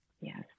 Yes